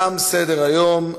תם סדר-היום.